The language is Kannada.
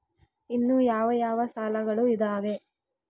ಇನ್ನು ಯಾವ ಯಾವ ಸಾಲಗಳು ಇದಾವೆ?